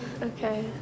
Okay